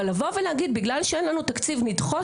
אבל לבוא ולהגיד בגלל שאין לנו תקציב נדחוס,